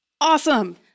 Awesome